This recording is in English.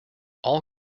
all